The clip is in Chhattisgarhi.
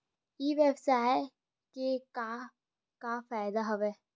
ई व्यवसाय के का का फ़ायदा हवय?